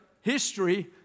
history